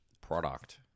product